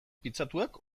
pitzatuak